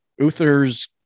uther's